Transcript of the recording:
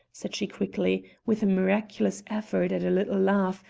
said she quickly, with a miraculous effort at a little laugh,